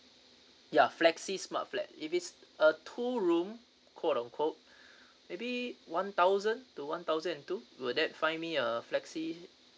ya flexi smart flat if it's a two room quote on quote maybe one thousand to one thousand and two were that find me a flexi